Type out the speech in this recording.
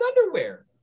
underwear